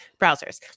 browsers